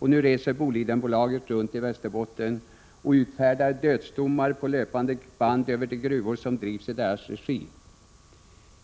Nu reser Bolidenbolaget runt i Västerbotten och utfärdar dödsdomar på löpande band över de gruvor som drivs i deras regi.